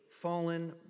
fallen